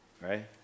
right